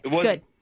good